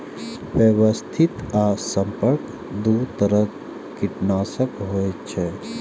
व्यवस्थित आ संपर्क दू तरह कीटनाशक होइ छै